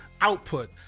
output